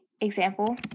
example